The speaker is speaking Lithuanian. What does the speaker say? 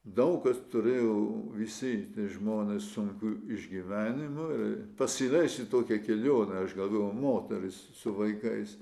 daug kas turėjo visi žmonės sunkių išgyvenimų ir pasyviai šitokią kelionę aš galvojau moteris su vaikais